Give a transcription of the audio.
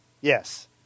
Yes